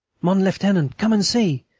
mon lieutenant, come and see.